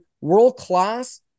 world-class